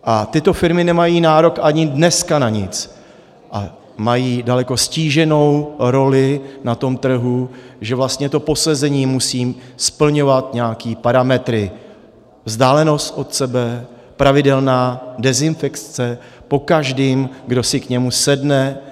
A tyto firmy nemají nárok ani dneska na nic a mají daleko ztíženou roli na tom trhu, že vlastně to posezení jim musí splňovat nějaké parametry vzdálenost od sebe, pravidelná dezinfekce po každém, kdo si k němu sedne.